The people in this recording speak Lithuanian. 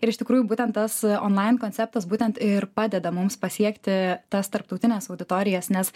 ir iš tikrųjų būtent tas online konceptas būtent ir padeda mums pasiekti tas tarptautines auditorijas nes